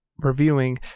reviewing